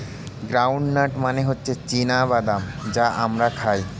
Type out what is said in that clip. ground nut মানে হচ্ছে চীনা বাদাম যা আমরা খাই